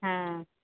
হ্যাঁ